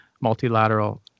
multilateral